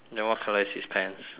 then what colour is his pants